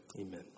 Amen